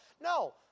No